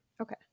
Okay